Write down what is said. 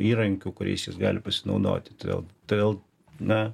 įrankių kuriais jis gali pasinaudoti todėl todėl na